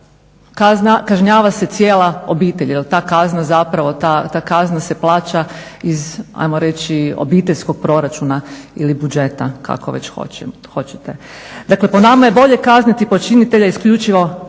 kažnjava se cijela obitelj jer ta kazna zapravo se plaća iz ajmo reći obiteljskog proračuna ili budžeta, kako već hoćete. Dakle po nama je bolje kazniti počinitelje isključivo kaznom